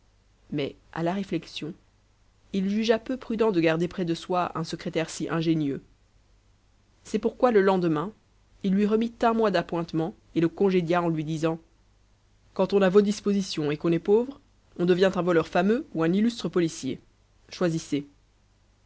mais à la réflexion il jugea peu prudent de garder près de soi un secrétaire si ingénieux c'est pourquoi le lendemain il lui remit un mois d'appointements et le congédia en lui disant quand on a vos dispositions et qu'on est pauvre on devient un voleur fameux ou un illustre policier choisissez